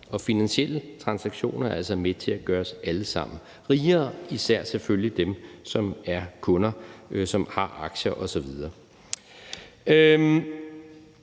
finansielle transaktioner er altså med til at gøre os alle sammen rigere, især selvfølgelig dem, som er kunder, og som har aktier osv.